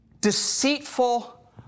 deceitful